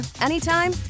anytime